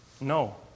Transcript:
no